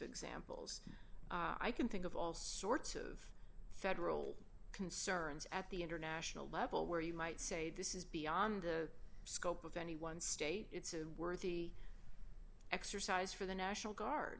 examples i can think of all sorts of federal concerns at the international level where you might say this is beyond the scope of any one state it's a worthy exercise for the national guard